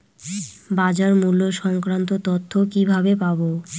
বাজার মূল্য সংক্রান্ত তথ্য কিভাবে পাবো?